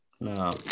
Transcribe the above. No